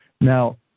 Now